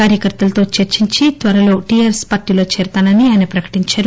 కార్యకర్తలతో చర్చించి త్వరలో టీఆర్ఎస్ పార్టీలో చేరుతామని ఆయన ప్రకటించారు